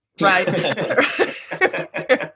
Right